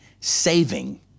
saving